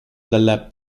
dalla